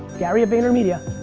gary vaynermedia,